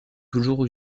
toujours